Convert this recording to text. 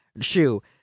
shoe